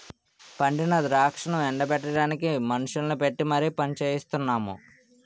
పండిన ద్రాక్షను ఎండ బెట్టడానికి మనుషుల్ని పెట్టీ మరి పనిచెయిస్తున్నాము